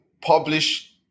publish